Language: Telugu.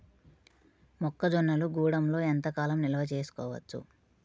మొక్క జొన్నలు గూడంలో ఎంత కాలం నిల్వ చేసుకోవచ్చు?